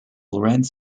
lorentz